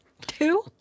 Two